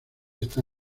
está